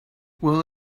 will